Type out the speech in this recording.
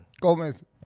Gomez